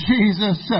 Jesus